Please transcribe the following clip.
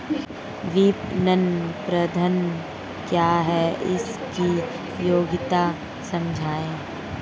विपणन प्रबंधन क्या है इसकी उपयोगिता समझाइए?